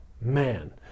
man